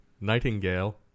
nightingale